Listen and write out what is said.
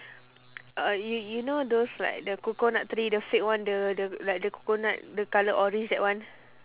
uh you you you know those like the coconut tree the fake one the the like the coconut the colour orange that one